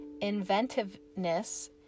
Inventiveness